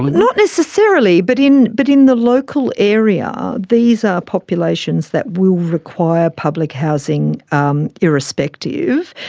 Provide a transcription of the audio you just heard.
not necessarily, but in but in the local area these are populations that will require public housing um irrespective,